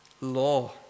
law